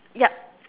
yup